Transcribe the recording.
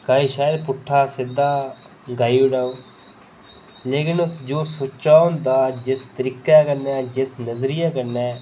कि शैद पुट्ठा सिद्धा गाई ओड़े ओ लोकिन जो सुच्चा होंदा जिस तरीकै कन्नै जिस नज़रिये कन्नै